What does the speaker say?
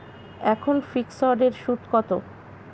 এখন ফিকসড এর সুদ কত?